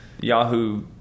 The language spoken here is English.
Yahoo